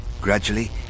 Gradually